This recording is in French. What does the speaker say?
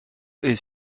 est